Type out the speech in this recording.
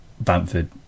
Bamford